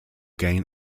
gain